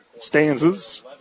stanzas